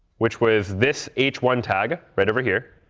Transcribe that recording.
which was this h one tag right over here,